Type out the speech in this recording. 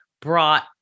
brought